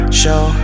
show